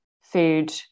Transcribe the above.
food